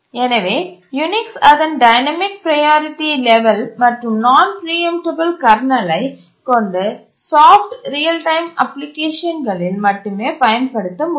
எனவே யூனிக்ஸ் அதன் dynamic priority level மற்றும் நான் பிரீஎம்டபல் கர்னலை கொண்டு சாப்ட் ரியல் டைம் அப்ளிகேஷன்களில் மட்டுமே பயன்படுத்த முடியும்